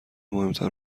مهمتر